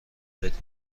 بدی